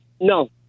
No